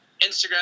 Instagram